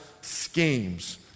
schemes